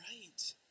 right